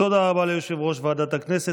תודה רבה ליושב-ראש ועדת הכנסת.